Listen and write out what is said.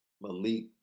Malik